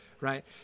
right